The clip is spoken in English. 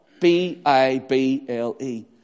B-I-B-L-E